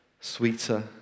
Sweeter